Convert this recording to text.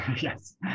yes